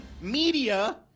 media